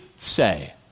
say